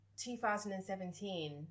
2017